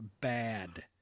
Bad